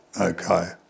okay